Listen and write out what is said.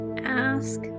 ask